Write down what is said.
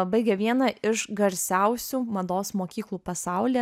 baigė vieną iš garsiausių mados mokyklų pasaulyje